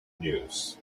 news